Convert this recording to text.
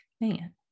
man